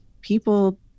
people